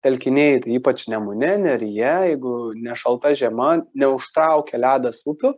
telkiniai tai ypač nemune neryje jeigu nešalta žiema neužtraukia ledas upių